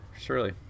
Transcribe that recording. surely